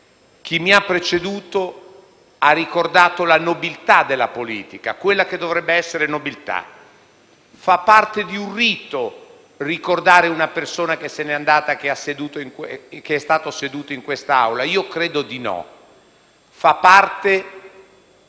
Chi mi ha preceduto ha ricordato la nobiltà della politica, quella che dovrebbe essere nobiltà. Fa parte di un rito, ricordare una persona che se ne è andata e che è stata seduta in quest'Aula? Io credo di no: fa parte